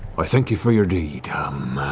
i thank you for your deed. um